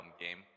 game